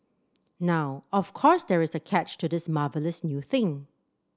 now of course there is a catch to this marvellous new thing